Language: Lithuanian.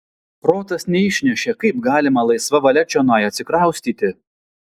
protas neišnešė kaip galima laisva valia čionai atsikraustyti